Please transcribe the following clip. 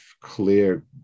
clear